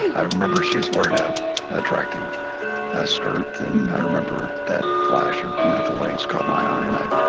i remember she was wearing an ah attractive ah skirt and i remember that flash of beautiful legs caught my ah and eye.